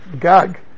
gag